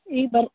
ಈಗ ಬರ್